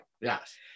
Yes